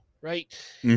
right